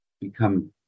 become